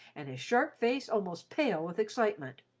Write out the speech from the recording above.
and his sharp face almost pale with excitement.